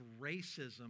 racism